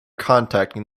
contacting